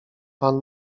pan